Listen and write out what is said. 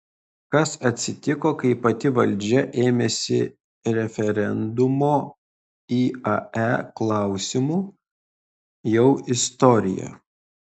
kas atsitiko kai pati valdžia ėmėsi referendumo iae klausimu jau istorija